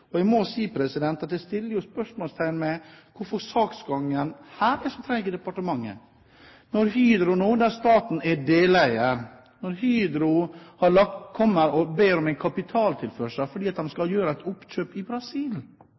Jeg må si at jeg setter et spørsmålstegn ved hvorfor saksgangen her er så treg i departementet. Når Hydro nå, der staten er deleier, kommer og ber om en kapitaltilførsel fordi de skal gjøre et oppkjøp i Brasil